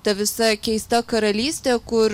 ta visa keista karalystė kur